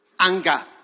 anger